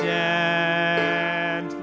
and